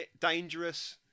Dangerous